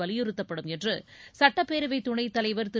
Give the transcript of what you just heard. வலியுறுத்தப்படும் என்று சுட்டப்பேரவை துணைத் தலைவர் திரு